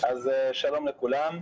שלום לכולם,